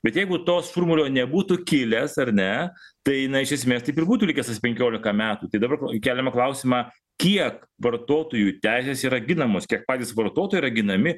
bet jeigu tos šurmulio nebūtų kilęs ar ne tai jinai iš esmės taip ir būtų likęs tas penkiolika metų tai dabar keliama klausimą kiek vartotojų teisės yra ginamos kiek patys vartotojai yra ginami